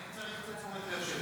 אם צריך את תשומת הלב שלי,